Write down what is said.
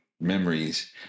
memories